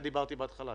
על זה דיברתי בהתחלה,